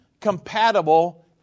compatible